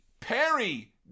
Perry